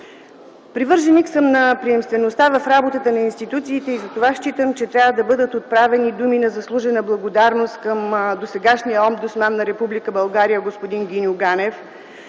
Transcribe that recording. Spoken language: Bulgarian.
Привърженик съм на приемствеността в работата на институциите и затова, считам, че трябва да бъдат отправени думи на заслужена благодарност към досегашния Омбудсман на Република България господин Гиньо Ганев